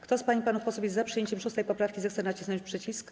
Kto z pań i panów posłów jest za przyjęciem 6. poprawki, zechce nacisnąć przycisk.